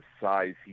size